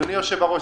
אדוני היושב-ראש.